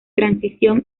transición